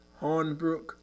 Hornbrook